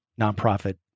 nonprofit